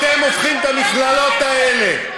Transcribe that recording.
אתם הופכים את המכללות האלה,